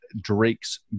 Drake's